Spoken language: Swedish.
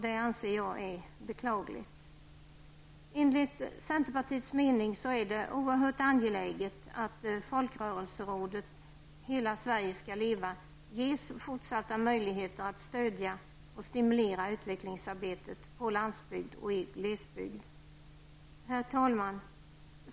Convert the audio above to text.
Det anser jag är beklagligt. Enligt centerpartiets mening är det oerhört angeläget att Folkrörelserådet Hela Sverige skall leva ges fortsatta möjligheter att stödja och stimulera utvecklingsarbetet på landsbygd och i glesbygd. Herr talman!